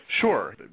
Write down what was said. Sure